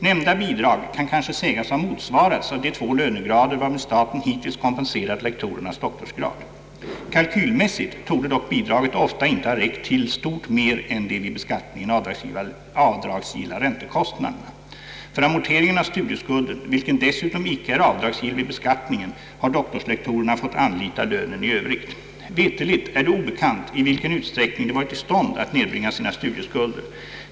Nämnda bidrag kan kanske sägas ha motsvarats av de två lönegrader varmed staten hittills kompenserat lektorernas doktorsgrad. Kalkylmässigt torde dock bidraget ofta inte ha räckt till stort mer än de vid beskattningen avdragsgilla räntekostnaderna. För amorteringen av studieskulden, vilken dessutom icke är avdragsgill vid beskattningen, har <doktorslektorerna fått anlita lönen i övrigt. Veterligt är det obekant i vilken utsträckning de varit i stånd att nedbringa sina studieskulder.